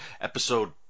episode